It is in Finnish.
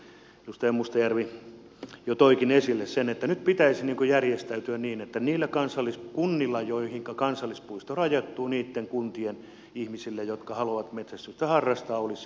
tässä edustaja mustajärvi jo toikin esille sen että nyt pitäisi järjestäytyä niin että niiden kuntien joihin kansallispuisto rajoittuu ihmisillä jotka haluavat metsästystä harrastaa olisi oikeus